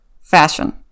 fashion